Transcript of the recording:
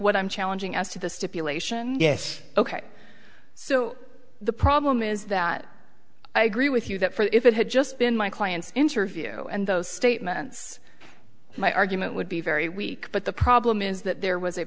what i'm challenging as to the stipulation yes ok so the problem is that i agree with you that for if it had just been my client's interview and those statements my argument would be very weak but the problem is that there was a